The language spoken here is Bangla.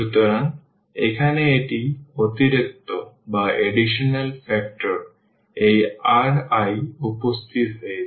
সুতরাং এখানে একটি অতিরিক্ত ফ্যাক্টর এই ri উপস্থিত হয়েছে